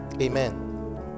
Amen